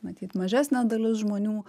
matyt mažesnė dalis žmonių